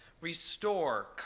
restore